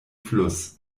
fluss